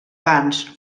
bans